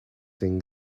sing